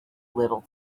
little